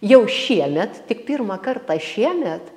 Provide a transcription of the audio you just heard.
jau šiemet tik pirmą kartą šiemet